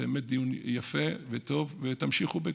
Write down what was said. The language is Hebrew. באמת דיון יפה וטוב, ותמשיכו בכך.